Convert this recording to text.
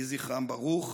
יהי זכרם ברוך.